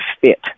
fit